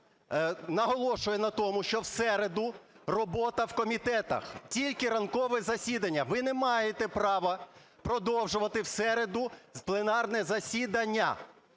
наголошує на тому, що в середу робота у комітетах, тільки ранкове засідання. Ви не має права продовжувати в середу пленарне засідання.